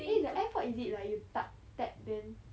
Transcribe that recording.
eh the airpod is it like you ta~ tap then